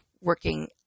working